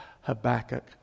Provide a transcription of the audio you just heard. Habakkuk